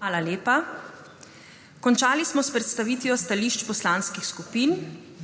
Hvala lepa. Končali smo s predstavitvijo stališč poslanskih skupin.